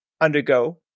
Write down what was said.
undergo